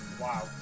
Wow